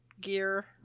gear